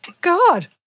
God